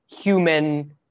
human